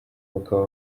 bakaba